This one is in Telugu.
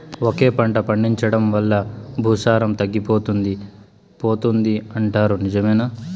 ఒకే పంట పండించడం వల్ల భూసారం తగ్గిపోతుంది పోతుంది అంటారు నిజమేనా